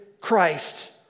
Christ